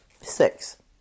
Six